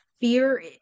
fear